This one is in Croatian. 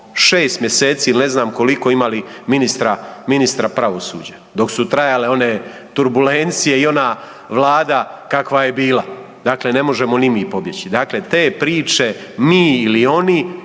6 mjeseci ili ne znam koliko imali ministra, ministra pravosuđa dok su trajale one turbulencije i ona vlada kakva je bila, dakle ne možemo ni mi pobjeći. Dakle, te priče mi ili oni,